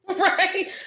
Right